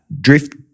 drift